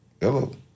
Hello